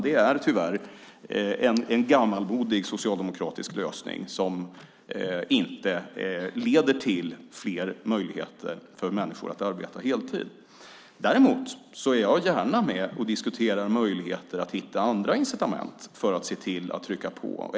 Det är tyvärr en gammalmodig socialdemokratisk lösning som inte leder till fler möjligheter för människor att arbeta heltid. Däremot är jag gärna med och diskuterar möjligheter att hitta andra incitament för att se till att trycka på.